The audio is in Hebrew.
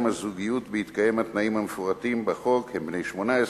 הזוגיות בהתקיים התנאים המפורטים בחוק: הם בני 18,